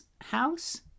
house